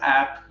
app